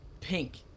pink